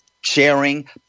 sharing